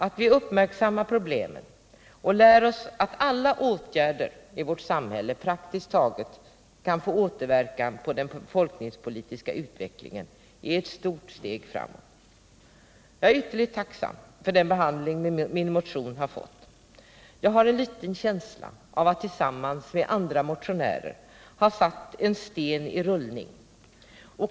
Att vi uppmärksammar problemen och lär oss att praktiskt taget alla åtgärder i vårt samhälle kan få återverkan på den befolkningspolitiska utvecklingen är ett stort steg framåt. Jag är ytterligt tacksam för den behandlilng min motion har fått. Jag har en liten känsla av att jag tillsammans med andra motionärer har satt en sten i rullning.